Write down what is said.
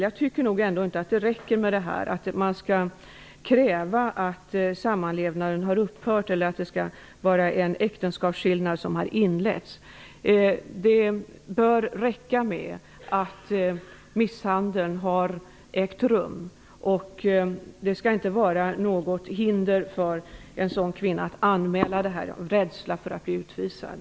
Jag tycker inte att det räcker med att kräva att sammanlevnaden har upphört eller att äktenskapsskillnad har inletts. Det bör räcka med att misshandel har ägt rum. En rädsla för att bli utvisad skall inte utgöra ett hinder för en kvinna att göra en anmälan.